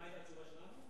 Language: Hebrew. ומה היתה התשובה שלנו?